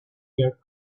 here